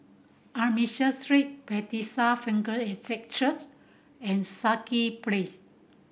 Armenian Street Bethesda Frankel Estate Church and Place